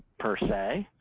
per se.